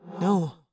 No